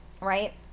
right